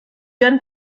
werden